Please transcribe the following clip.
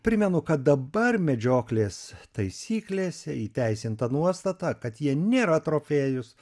primenu kad dabar medžioklės taisyklėse įteisinta nuostata kad jie nėra trofėjus